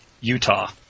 Utah